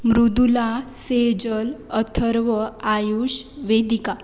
Mridula Sejal Atharva Ayush Vedika